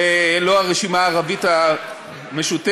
ולא הרשימה הערבית המשותפת,